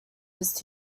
used